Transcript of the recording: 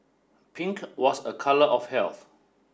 pink was a colour of health